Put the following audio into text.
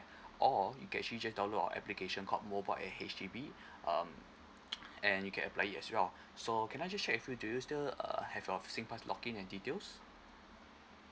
or you can actually just download our application called mobile H_D_B um and you can apply it as well so can I just check with you do you still err have your singpass log in and details